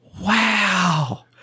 Wow